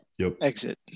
exit